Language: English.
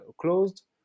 closed